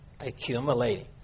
accumulating